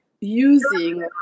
using